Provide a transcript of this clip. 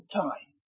time